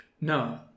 No